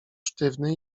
sztywny